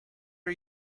are